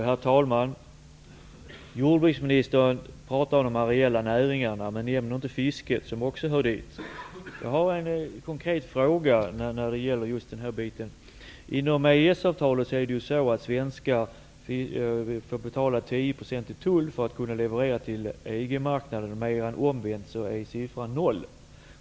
Herr talman! Jordbruksministern pratar om de areella näringarna men nämner inte fisket, som också hör dit. Jag har en konkret fråga just när det gäller fisket. Omvänt är siffran 0.